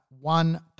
one